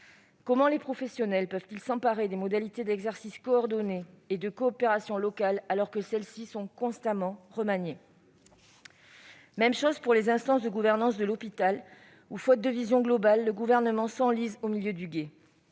Comment les professionnels peuvent-ils s'emparer des modalités d'exercice coordonné et de coopération locale, alors que celles-ci sont constamment remaniées ? Il en va de même pour les instances de gouvernance de l'hôpital : faute de vision globale, le Gouvernement s'enlise au milieu du gué.